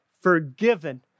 forgiven